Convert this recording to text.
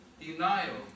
denial